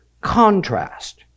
contrast